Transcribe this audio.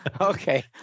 okay